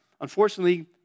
unfortunately